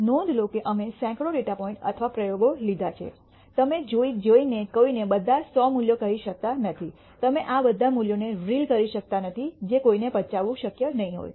નોંધ લો કે અમે સેંકડો ડેટા પોઇન્ટ અથવા પ્રયોગો લીધા છે તમે જઈને કોઈને બધા સો મૂલ્યો કહી શકતા નથી તમે આ બધા મૂલ્યોને રીલ કરી શકતા નથી જે કોઈને પચાવવું શક્ય નહીં હોય